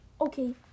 Okay